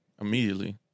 immediately